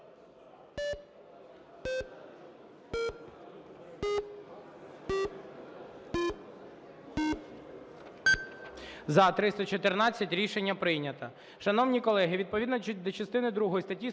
За-318 Рішення прийнято.